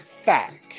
Fact